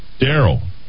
Daryl